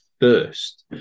first